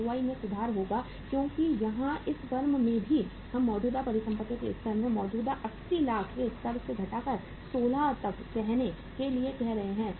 ROI में सुधार होगा क्योंकि यहाँ इस फर्म में भी हम मौजूदा परिसंपत्तियों के स्तर को मौजूदा 80 लाख के स्तर से घटाकर 16 तक कहने के लिए कह रहे हैं